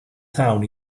town